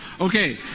Okay